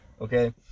okay